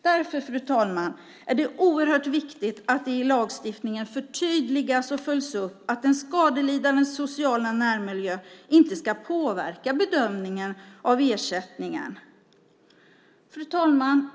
Därför, fru talman, är det oerhört viktigt att det i lagstiftningen förtydligas och följs upp att den skadelidandes sociala närmiljö inte ska påverka bedömningen av ersättningen. Fru talman!